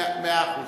מאה אחוז.